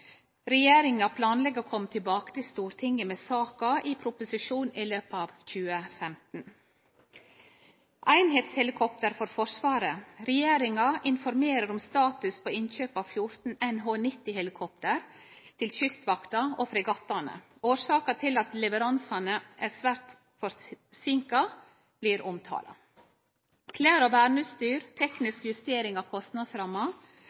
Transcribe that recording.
Regjeringa planlegg å kome tilbake til Stortinget med saka i ein proposisjon i løpet av 2015. Einskapshelikopter for Forsvaret. Regjeringa informerer om status på innkjøp av 14 NH90-helikopter til Kystvakta og fregattane. Årsaker til at leveransane er svært forsinka, blir omtala. Klede og verneutstyr – teknisk justering av kostnadsramma.